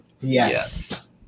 Yes